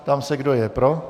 Ptám se, kdo je pro.